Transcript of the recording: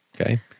Okay